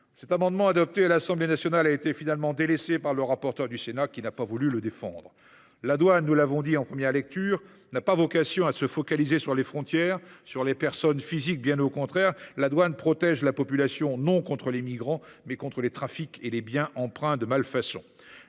Cet amendement adopté à l’Assemblée nationale a été finalement délaissé par le rapporteur du Sénat, qui n’a pas voulu le défendre. Nous l’avons dit en première lecture, la douane n’a pas vocation à se focaliser sur les frontières, pas plus que sur les personnes physiques. Bien au contraire, elle protège la population, non contre les migrants, mais contre les trafics et les biens empreints de malfaçons.